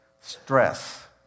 stress